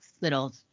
little